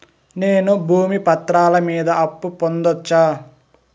నేను భూమి పత్రాల మీద అప్పు పొందొచ్చా?